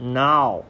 now